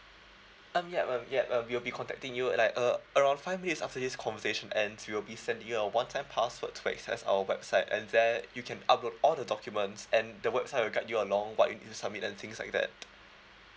um ya um ya um we'll be contacting you in like uh around five minutes after this conversation ends we will be sending you a one time password to access our website and there you can upload all the documents and the website will guide you along what you need to submit and things like that